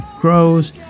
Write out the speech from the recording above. grows